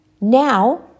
Now